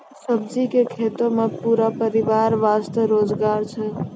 सब्जी के खेतों मॅ पूरा परिवार वास्तॅ रोजगार छै